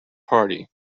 party